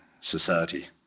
society